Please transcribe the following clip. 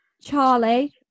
Charlie